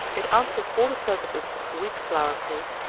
it answers all the purposes of wheat flour paste,